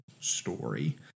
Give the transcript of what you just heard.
story